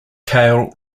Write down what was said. cale